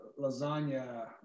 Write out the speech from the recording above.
lasagna